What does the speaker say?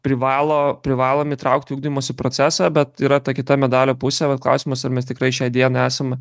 privalo privalom įtraukt į ugdymosi procesą bet yra ta kita medalio pusė vat klausimas ar mes tikrai šiai dienai esam